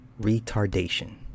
retardation